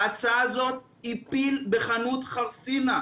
ההצעה הזאת היא פיל בחנות חרסינה.